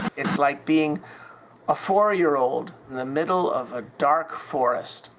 it's like being a four-year-old in the middle of a dark forest